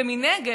ומנגד,